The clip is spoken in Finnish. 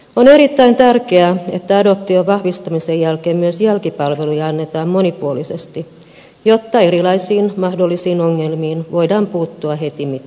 on erittäin tärkeää että adoption vahvistamisen jälkeen myös jälkipalveluja annetaan monipuolisesti jotta erilaisiin mahdollisiin ongelmiin voidaan puuttua hetimmiten